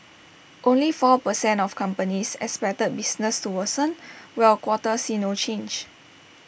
only four per cent of companies expected business to worsen while A quarter see no change